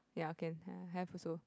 ya can have also